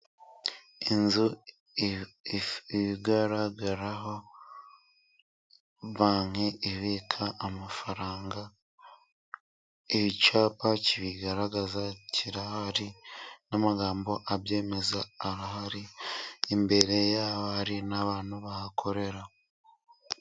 Inzu igaragaraho banki ibika amafaranga. Icyapa kibigaragaza kirahari, n'amagambo abyemeza arahari. Imbere yaho hari n'abantu bahakorera.